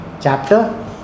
chapter